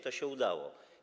To się udało.